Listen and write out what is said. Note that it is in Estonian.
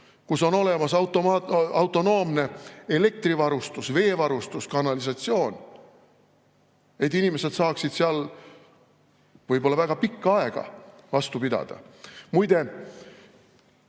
kus on olemas autonoomne elektrivarustus, veevarustus, kanalisatsioon, et inimesed saaksid seal võib-olla väga pikka aega vastu pidada. Muide,